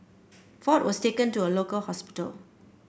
Ford was taken to a local hospital